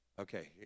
Okay